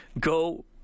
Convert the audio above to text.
Go